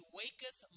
waketh